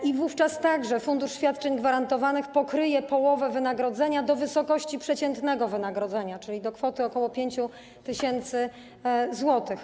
I wówczas także fundusz świadczeń gwarantowanych pokryje połowę wynagrodzenia, do wysokości przeciętnego wynagrodzenia, czyli do kwoty ok. 5 tys. zł.